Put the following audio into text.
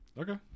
Okay